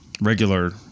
regular